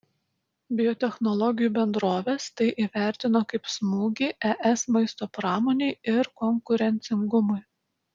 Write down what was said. biotechnologijų bendrovės tai įvertino kaip smūgį es maisto pramonei ir konkurencingumui